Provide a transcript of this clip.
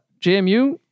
JMU